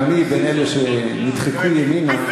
גם אני בין אלה שנדחקו ימינה.